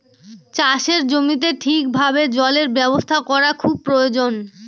চাষের জমিতে ঠিক ভাবে জলের ব্যবস্থা করা খুব প্রয়োজন